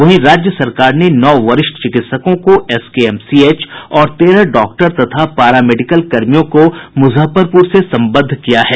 वहीं राज्य सरकार ने नौ वरिष्ठ चिकित्सकों को एसकेएमसीएच और तेरह डॉक्टर तथा पारा मेडिकल कर्मियों को मुजफ्फरपुर से संबद्ध कर दिया है